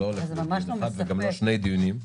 קיימנו שני דיונים,